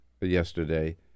yesterday